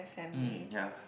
hmm ya